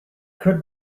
could